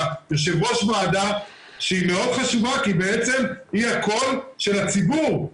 אתה יו"ר ועדה שהיא מאוד חשובה כי בעצם היא הקול של הציבור.